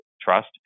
trust